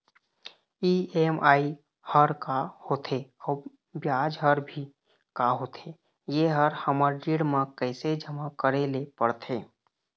EMI हर का होथे अऊ ब्याज हर भी का होथे ये हर हमर ऋण मा कैसे जमा करे ले पड़ते?